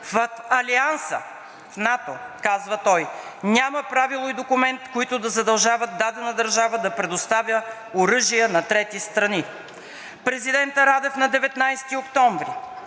„В Алианса – в НАТО, казва той, няма правило и документ, които да задължават дадена държава да предоставя оръжия на трети страни.“ Президентът Радев на 19 октомври: